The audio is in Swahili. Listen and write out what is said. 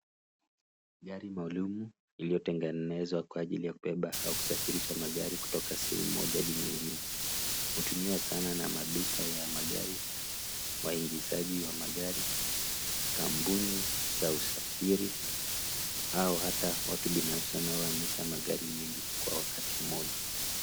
Hii ni gari maalumu iliyotengenezwa kwa ajili ya kubeba au kusafirisha magari kutoka sehemu moja Hadi nyingine. Hutumiwa sana na maduka za magari, waingizaji wa magari, kampuni za usafiri au hata watu binafsi wanaoamisha magari nyingi kwa wakati moja.